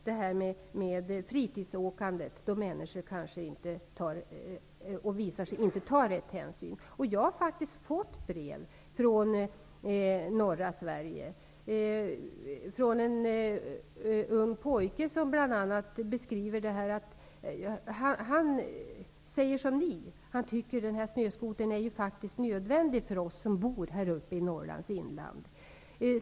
Det handlar om fritidsåkandet, där människor inte tar tillräcklig hänsyn. Jag har fått brev från norra Sverige, från en ung pojke som säger som ni: Han tycker att snöskotern är nödvändig för dem som bor i Norrlands inland.